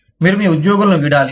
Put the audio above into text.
మీరు మీ ఉద్యోగులను వీడాలి